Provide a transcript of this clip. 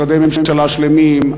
משרדי ממשלה שלמים,